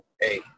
Hey